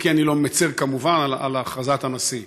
אם כי אני לא מצר כמובן על הכרזת הנשיא.